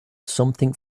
something